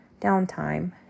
downtime